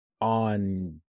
on